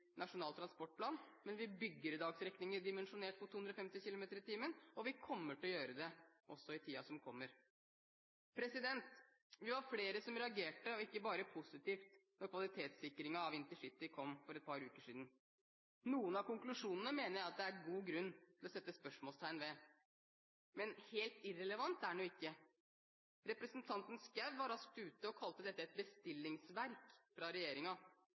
transportplan, men vi bygger i dag strekninger som er dimensjonert for 250 km/t, og vi kommer til å gjøre det også i tiden som kommer. Vi var flere som reagerte – og ikke bare positivt – da kvalitetssikringen av intercity kom for et par uker siden. Noen av konklusjonene mener jeg at det er god grunn til å sette spørsmålstegn ved, men helt irrelevant er den jo ikke. Representanten Schou var raskt ut og kalte dette et bestillingsverk fra